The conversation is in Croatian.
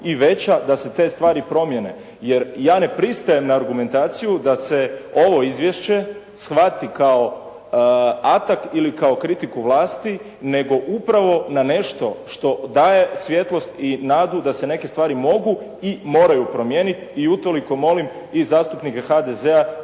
i veća da se te stvari promjene jer ja ne pristajem na argumentaciju da se ovo izvješće shvati kao atak ili kao kritiku vlasti, nego upravo na nešto što daje svjetlost i nadu da se neke stvari mogu i moraju promijeniti i utoliko molim i zastupnike HDZ-a